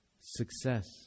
success